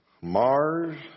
Mars